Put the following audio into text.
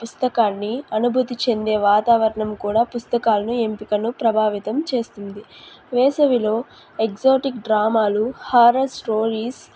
పుస్తకాన్ని అనుభూతి చెందే వాతావరణం కూడా పుస్తకాలను ఎంపికను ప్రభావితం చేస్తుంది వేసవిలో ఎగ్జోటిక్ డ్రామాలు హారర్ స్టోరీస్